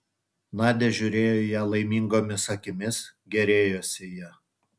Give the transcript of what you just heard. nadia žiūrėjo į ją laimingomis akimis gėrėjosi ja